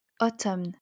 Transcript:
autumn